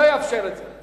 אני לא אאפשר את זה.